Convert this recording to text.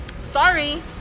sorry